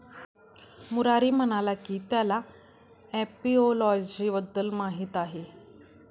मुरारी म्हणाला की त्याला एपिओलॉजी बद्दल माहीत आहे